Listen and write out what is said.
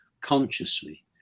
consciously